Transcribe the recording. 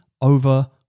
over